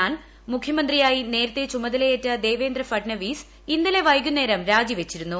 എന്നാൽ മുഖ്യമന്ത്രിയായി നേരത്തെ ചുമതലയേറ്റ ദേവേന്ദ്ര ഫട്നവിസ് ഇന്നലെ വൈകുന്നേരം രാജിവെച്ചിരുന്നു